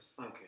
Okay